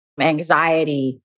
anxiety